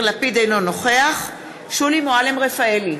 אינו נוכח שולי מועלם-רפאלי,